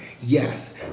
Yes